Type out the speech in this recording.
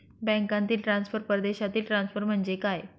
बँकांतील ट्रान्सफर, परदेशातील ट्रान्सफर म्हणजे काय?